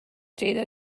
data